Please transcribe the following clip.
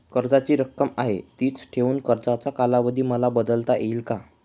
कर्जाची रक्कम आहे तिच ठेवून कर्जाचा कालावधी मला बदलता येईल का?